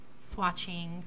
swatching